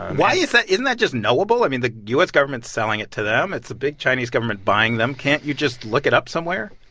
why is that isn't just knowable? i mean, the u s. government's selling it to them. it's a big chinese government buying them. can't you just look it up somewhere?